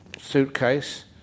suitcase